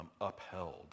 upheld